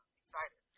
excited